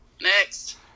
Next